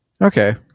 okay